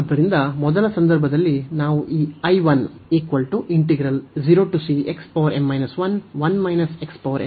ಆದ್ದರಿಂದ ಮೊದಲ ಸಂದರ್ಭದಲ್ಲಿ ನಾವು ಈ ಅನ್ನು ತೆಗೆದುಕೊಳ್ಳುತ್ತೇವೆ